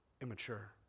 immature